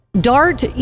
DART